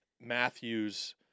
Matthews